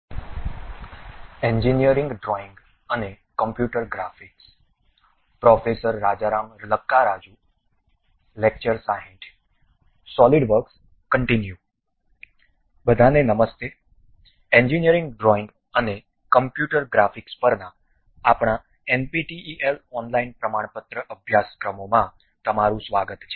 બધાને નમસ્તે engineering drawing અને કમ્પ્યુટર ગ્રાફિક્સ પરના અમારા એનપીટીએલ ઓનલાઇન પ્રમાણપત્ર અભ્યાસક્રમોમાં તમારું સ્વાગત છે